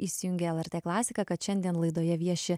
įsijungę lrt klasiką kad šiandien laidoje vieši